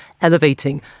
elevating